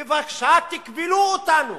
בבקשה, תכבלו אותנו.